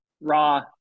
raw